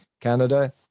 canada